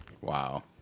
Wow